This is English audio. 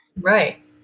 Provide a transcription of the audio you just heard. Right